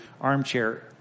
armchair